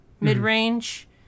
mid-range